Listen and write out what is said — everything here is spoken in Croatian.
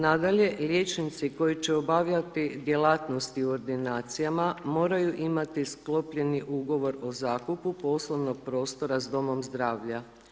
Nadalje, liječnici koji će obavljati djelatnost u ordinacijama, moraju imati sklopljeni ugovor o zakupu poslovnog prostora u domu zdravlja.